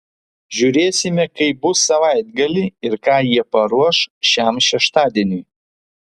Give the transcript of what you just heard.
žiūrėsime kaip bus savaitgalį ir ką jie paruoš šiam šeštadieniui